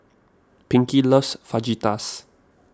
Pinkie loves Fajitas